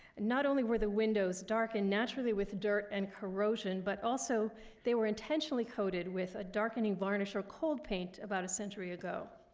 not only were the windows dark and naturally with dirt and corrosion, but also they were intentionally coated with a darkening varnish or cold paint about a century ago.